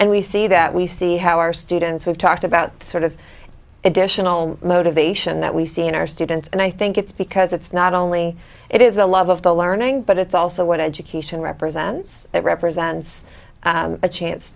and we see that we see how our students we've talked about the sort of additional motivation that we see in our students and i think it's because it's not only it is the love of the learning but it's also what education represents it represents a chance